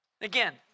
Again